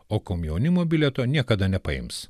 o komjaunimo bilieto niekada nepaims